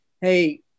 hey